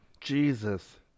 Jesus